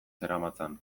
zeramatzan